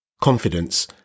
confidence